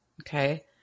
Okay